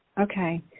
Okay